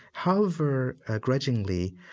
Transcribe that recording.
however grudgingly,